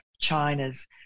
China's